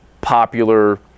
popular